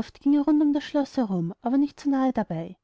oft ging er rund um das schloß herum aber nicht zu nahe dabei